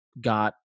got